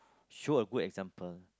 show a good example